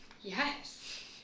Yes